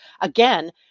Again